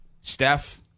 Steph